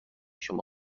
شما